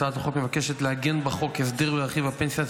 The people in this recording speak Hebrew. הצעת החוק מבקשת לעגן בחוק הסדר ברכיב הפנסיה,